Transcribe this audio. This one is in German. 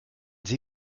sie